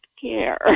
care